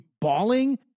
bawling